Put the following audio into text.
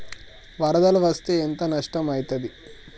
వరదలు వస్తే ఎంత నష్టం ఐతది?